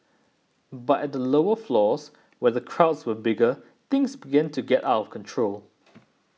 but at the lower floors where the crowds were bigger things began to get out of control